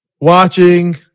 watching